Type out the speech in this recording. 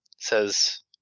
Says